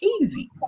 easy